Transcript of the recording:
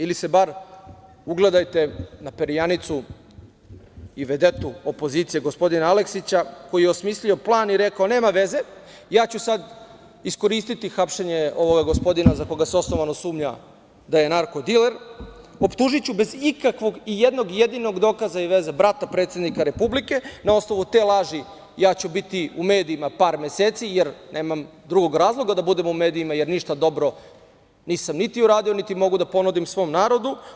Ili se bar ugledajte na perjanicu i vedetu opozicije gospodina Aleksića, koji je osmislio plan i rekao – nema veze, ja ću sad iskoristiti hapšenje ovog gospodina za koga se osnovano sumnja da je narko-diler, optužiću bez ikakvog i jednog jedinog dokaza i veze brata predsednika Republike, na osnovu te laži ja ću biti u medijima par meseci, jer nemam drugog razloga da budem u medijima, jer ništa dobro nisam niti uradio, niti mogu da ponudim svom narodu.